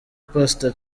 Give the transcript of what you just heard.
pastor